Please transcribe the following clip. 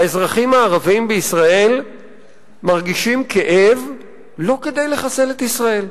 האזרחים הערבים בישראל מרגישים כאב לא כדי לחסל את ישראל.